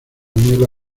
niebla